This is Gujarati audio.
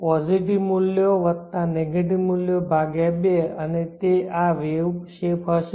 પોઝિટિવ મૂલ્યો વત્તા નેગેટિવ મૂલ્યો ભાગ્યા બે અને તે આ વેવ શેપ હશે